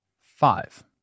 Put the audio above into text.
five